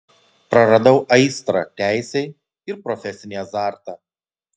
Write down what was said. praradau aistrą teisei ir profesinį azartą